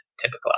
typical